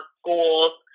schools